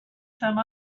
some